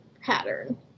pattern